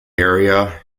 area